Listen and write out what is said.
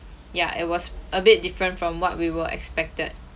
ya it was a bit different from what we were expected